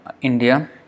India